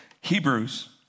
Hebrews